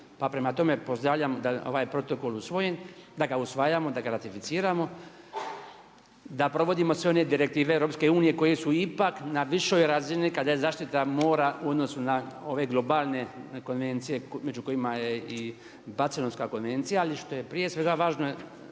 Pa prema tome pozdravljam da ovaj protokol usvojen, da ga usvajamo, da ga ratificiramo, da provodimo sve one direktive EU koje su ipak na višoj razini kada je zaštita mora u odnosu na ove globalne konvencije među kojima je i Barcelonska konvencija. Ali što je prije svega važno